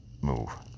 move